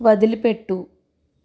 వదిలిపెట్టు